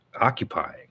occupying